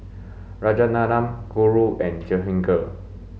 Rajaratnam Guru and Jehangirr